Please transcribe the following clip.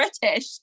British